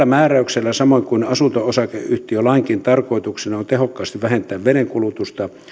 määräyksen samoin kuin asunto osakeyhtiölainkin tarkoituksena on tehokkaasti vähentää vedenkulutusta